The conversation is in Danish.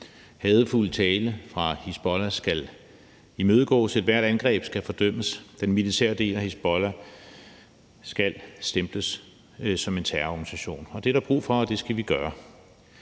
Hadefuld tale fra Hizbollah skal imødegås. Ethvert angreb skal fordømmes. Den militære del af Hizbollah skal stemples som en terrororganisation. Det er der brug for, og det skal vi gøre.